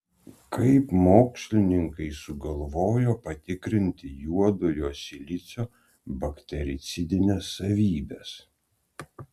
kaip mokslininkai sugalvojo patikrinti juodojo silicio baktericidines savybes